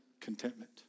contentment